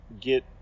get